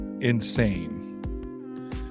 insane